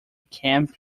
camp